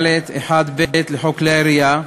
10ג(ד)(1)(ב) לחוק כלי הירייה,